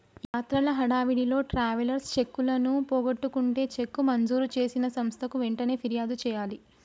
యాత్రల హడావిడిలో ట్రావెలర్స్ చెక్కులను పోగొట్టుకుంటే చెక్కు మంజూరు చేసిన సంస్థకు వెంటనే ఫిర్యాదు చేయాలి